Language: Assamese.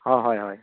হয় হয়